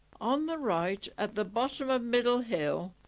on the right, at the bottom of middle hill.